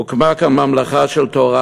הוקמה כאן ממלכה של תורה.